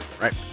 right